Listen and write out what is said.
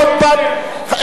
עוד פעם,